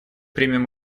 примем